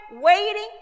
waiting